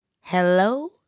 Hello